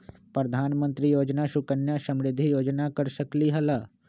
प्रधानमंत्री योजना सुकन्या समृद्धि योजना कर सकलीहल?